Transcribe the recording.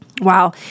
Wow